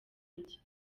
nshya